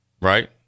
right